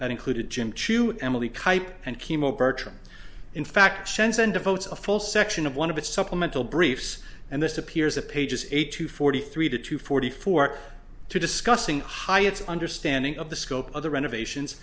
that included jim chu emily cuyp and chemo bertram in fact since then devotes a full section of one of its supplemental briefs and this appears that pages eight to forty three to two forty four to discussing hi it's understanding of the scope of the renovations